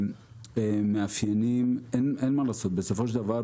אין מה לעשות בסופו של דבר,